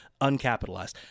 uncapitalized